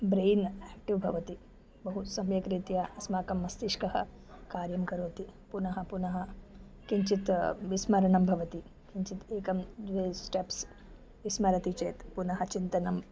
brain active भवति बहु सम्यक् रीत्या अस्माकम् मस्तिष्कः कार्यं करोति पुनः पुनः किञ्चित् विस्मरणं भवति किञ्चित् एकं द्वे स्टेप्स् विस्मरति चेत् पुनः चिन्तनं